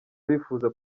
bifuza